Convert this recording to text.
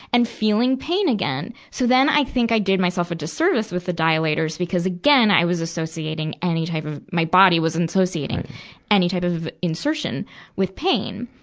and feeling pain again. so then i think i did myself a disservice with the dilators, because again i was associating any type of, my body was associating and type of insertion with pain.